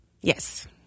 Yes